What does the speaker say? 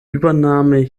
übernahme